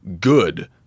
good